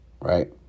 right